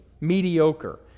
mediocre